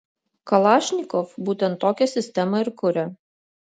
kalašnikov būtent tokią sistemą ir kuria